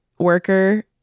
Worker